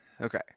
okay